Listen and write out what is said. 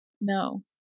no